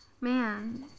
man